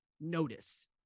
notice